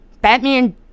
Batman